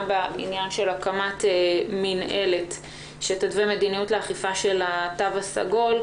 בעניין של הקמת מינהלת שתתווה מדיניות לאכיפה של התו הסגול,